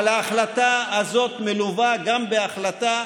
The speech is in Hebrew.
אבל ההחלטה הזאת מלווה גם בהחלטה,